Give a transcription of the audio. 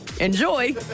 enjoy